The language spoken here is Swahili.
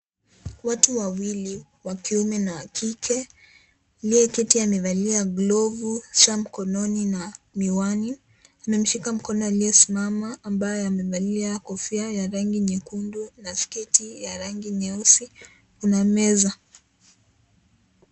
Watu wawili wa kiume na wa kike, aliye keti amevalia glovu, saa mkononi na miwani. Amemshika mkono aliyesimama ambaye amevalia kofia ya rangi nyekundu na sketi ya rangi nyeusi, kuna meza.